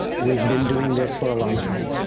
we've been doing this for a long time.